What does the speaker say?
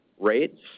rates